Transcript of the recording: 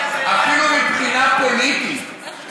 אפילו מבחינה פוליטית,